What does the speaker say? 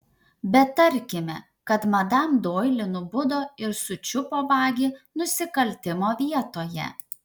bet tarkime kad madam doili nubudo ir sučiupo vagį nusikaltimo vietoje